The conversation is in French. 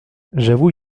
j’avoue